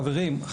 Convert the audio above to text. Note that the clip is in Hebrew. חברים,